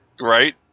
right